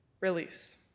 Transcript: release